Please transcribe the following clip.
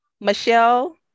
Michelle